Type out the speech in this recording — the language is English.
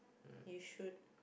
you should